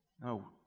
No